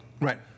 Right